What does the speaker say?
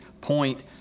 point